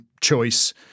choice